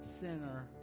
sinner